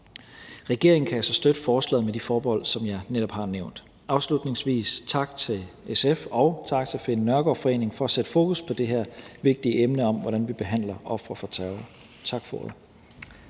Regeringen kan altså støtte forslaget med de forbehold, som jeg netop har nævnt. Afslutningsvis tak til SF, og tak til Finn Nørgaard Foreningen for at sætte fokus på det her vigtige emne om, hvordan vi behandler ofre for terror. Tak for ordet.